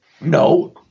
No